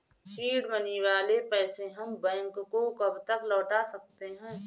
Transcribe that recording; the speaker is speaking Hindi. सीड मनी वाले पैसे हम बैंक को कब तक लौटा सकते हैं?